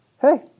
hey